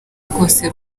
rwose